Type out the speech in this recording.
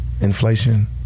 Inflation